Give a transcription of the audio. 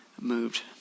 moved